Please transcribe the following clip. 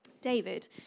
David